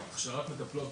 מטפלות,